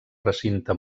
recinte